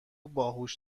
باهوش